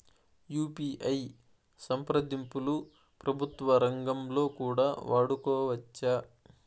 UPI సంప్రదింపులు ప్రభుత్వ రంగంలో కూడా వాడుకోవచ్చా?